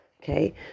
okay